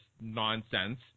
nonsense